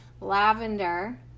lavender